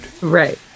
Right